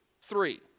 Three